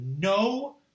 No